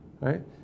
right